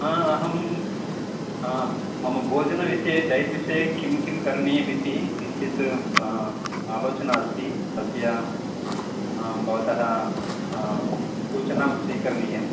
हा अहं मम भोजनविषये डयट् विषये किं किं करणीयमिति किञ्चित् आलोचना अस्ति तस्य भवतः सूचनां स्वीकरणीयम्